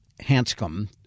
Hanscom